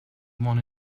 one